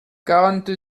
quarante